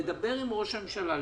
לדבר עם ראש הממשלה.